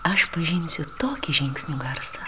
aš pažinsiu tokį žingsnių garsą